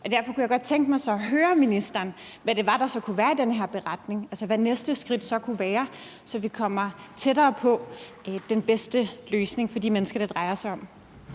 Derfor kunne jeg godt tænke mig at høre ministeren, hvad det så var, der kunne være i den her beretning, altså hvad der så kunne være det næste skridt, så vi kommer tættere på den bedste løsning for de mennesker, det drejer sig om.